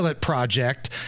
project